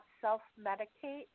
self-medicate